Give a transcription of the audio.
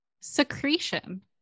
secretion